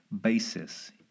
basis